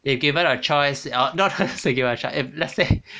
if given a choice not not if given a choice if let's say